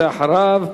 ואחריו,